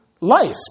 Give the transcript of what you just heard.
life